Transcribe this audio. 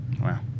Wow